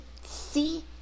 see